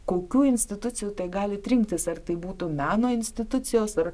kokių institucijų tai galit rinktis ar tai būtų meno institucijos ar